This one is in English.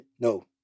No